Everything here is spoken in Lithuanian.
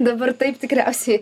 dabar taip tikriausiai